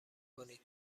کنید